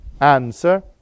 answer